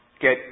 get